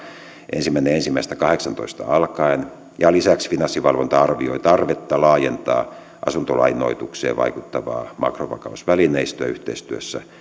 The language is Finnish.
ensimmäinen ensimmäistä kahdeksantoista alkaen ja lisäksi finanssivalvonta arvioi tarvetta laajentaa asuntolainoitukseen vaikuttavaa makrovakausvälineistöä yhteistyössä